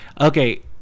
Okay